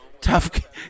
Tough